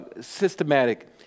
Systematic